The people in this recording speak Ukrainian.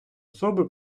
особи